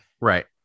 Right